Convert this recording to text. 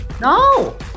No